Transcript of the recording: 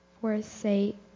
forsake